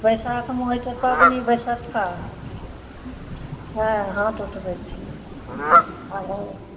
बैसाखमे होइत छै पबनी बैसक्खा हँ हाथ उठबैत छियै ओ